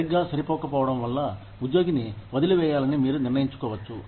సరిగ్గా సరిపోకపోవడం వల్ల ఉద్యోగిని వదిలి వేయాలని మీరు నిర్ణయించుకోవచ్చు